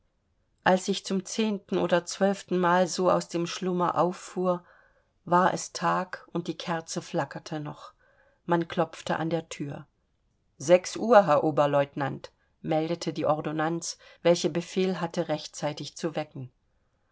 als ich zum zehnten oder zwölften male so aus dem schlummer auffuhr war es tag und die kerze flackerte noch man klopfte an der thür sechs uhr herr oberlieutenant meldete die ordonnanz welche befehl erhalten hatte rechtzeitig zu wecken